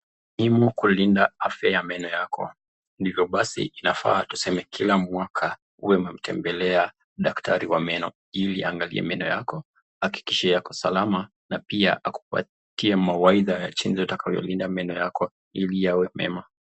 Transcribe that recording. Ni muhimu kulinda afya ya meno yako hivyo basi inafaa tuseme kila mwaka uwe umemtembelea daktari wa meno ili aangalie meno yako ahakikishe yako salama na pia akupatie mawaidha ya chenye utakavyo linda meno yako ili yawe mema.